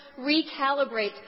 recalibrate